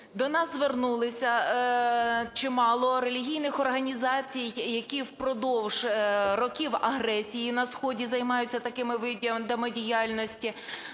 До нас звернулося чимало релігійних організацій, які впродовж років агресії на сході займаються такими видами діяльності,